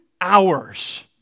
hours